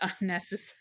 unnecessary